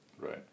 right